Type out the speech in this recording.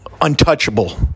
untouchable